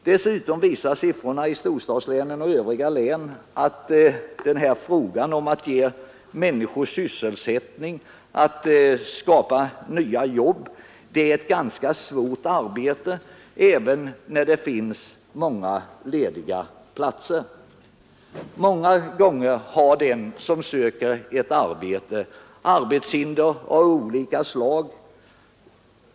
Dessutom visar siffrorna i storstadslänen och s.k. övriga län att det är ett ganska svårt arbete att skapa nya jobb och ge människor sysselsättning även när det finns många lediga platser. Ofta har den som söker ett arbete arbetshinder av olika slag.